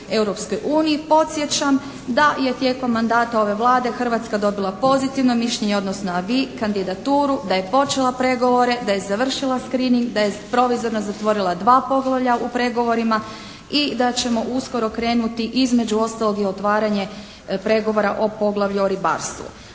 Europskoj uniji podsjećam da je tijekom mandata ove Vlade Hrvatska dobila pozitivno mišljenje odnosno AVIS kandidaturu, da je počela pregovore, da je završila screening, da je provizorno zatvorila dva poglavlja u pregovorima i da ćemo uskoro krenuti između ostalog i u otvaranje pregovora o poglavlju o ribarstvu.